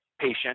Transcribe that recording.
patient